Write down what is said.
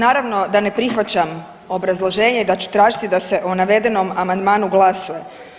Dakle, naravno da ne prihvaćam obrazloženje i da ću tražiti da se o navedenom amandmanu glasuje.